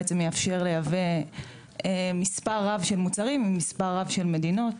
זה בעצם יאפשר לייבא מספר רב של מוצרים ממספר רב של מדינות.